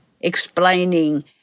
explaining